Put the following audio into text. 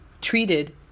treated